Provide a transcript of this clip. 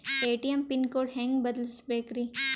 ATM pin code ಹೆಂಗ್ ಬದಲ್ಸ್ಬೇಕ್ರಿ?